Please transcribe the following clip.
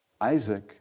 Isaac